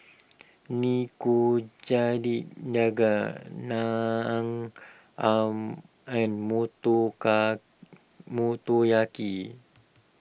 Naan arm and Motoka Motoyaki